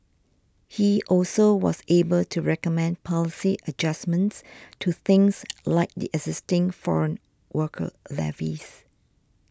he also was able to recommend policy adjustments to things like the existing foreign worker levies